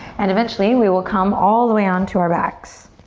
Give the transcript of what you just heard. and eventually we will come all the way onto our backs.